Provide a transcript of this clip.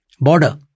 border